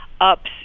ups